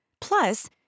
Plus